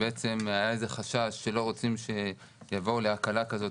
היה איזה חשש שלא רוצים שיבואו להקלה כזאת